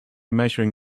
measuring